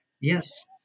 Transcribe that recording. Yes